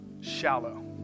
shallow